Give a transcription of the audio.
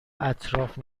اطراف